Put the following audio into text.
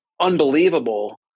unbelievable